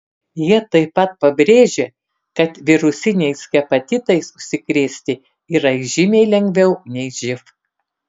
jie taip pat pabrėžė kad virusiniais hepatitais užsikrėsti yra žymiai lengviau nei živ